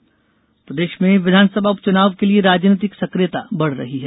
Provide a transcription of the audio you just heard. उपचुनाव प्रदेश में विधानसभा उपचुनावों के लिये राजनीतिक सकियता बढ़ रही है